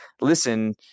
listen